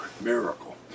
miracle